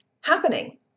happening